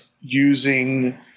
using